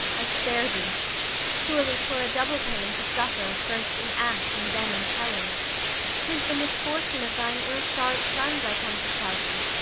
i spare thee surely twere a double pain to suffer, first in act and then in telling tis the misfortune of thine ill-starred sons i come to tell thee.